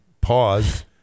pause